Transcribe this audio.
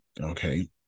okay